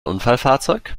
unfallfahrzeug